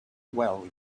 well